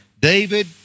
David